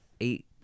eight